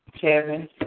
Kevin